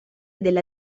della